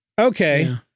Okay